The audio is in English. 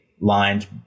lines